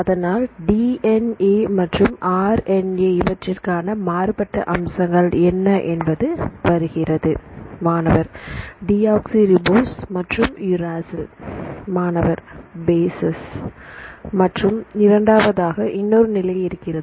அதனால் D N A மற்றும் R N A இவற்றிற்கான மாறுபட்ட அம்சங்கள் என்ன என்பது வருகிறது மாணவர் டியோக்ஸி ரிபோஸ் மற்றும் யூராசில்Uracil மாணவர்பேசஸ் மற்றும் இரண்டாவதாக இன்னொரு நிலை இருக்கிறது